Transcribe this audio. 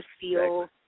feel